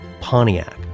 Pontiac